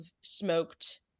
smoked